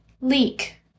leek